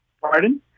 Pardon